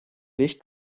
licht